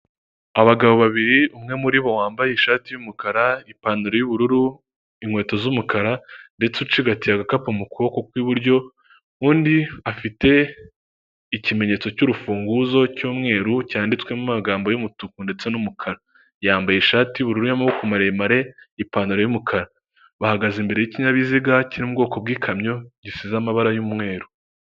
Uru ni urubuga rwa banki runaka rukorera kuri murandasi ndetse n'ikoranabuhanga, aho ushobora kugura amainite, kohereza amafaranga no kuyakira mu buryo bworoshye bitagusabye kuva aho uri.